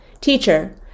Teacher